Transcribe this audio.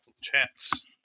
chance